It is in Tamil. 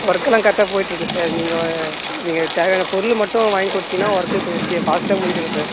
ஒர்க்கெலாம் கரெக்டாக போய்ட்டு இருக்குது சார் நீங்கள் நீங்கள் தேவையான பொருள் மட்டும் வாங்கி கொடுத்தீங்கன்னா ஒர்க்கு கொஞ்சம் சீக்க ஃபாஸ்ட்டாக முடிஞ்சிடும் சார்